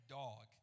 dog